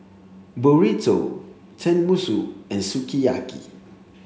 burrito Tenmusu and sukiyaki